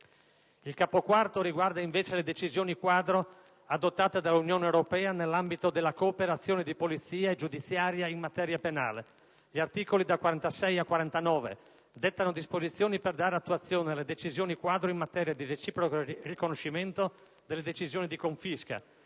Il Capo IV riguarda invece le decisioni quadro adottate dall'Unione europea nell'ambito della cooperazione di polizia e giudiziaria in materia penale. Gli articoli da 46 a 49 dettano disposizioni per dare attuazione alle decisioni quadro in materia di reciproco riconoscimento delle decisioni di confisca,